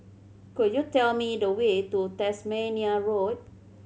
could you tell me the way to Tasmania Road